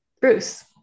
Bruce